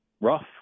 rough